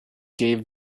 gave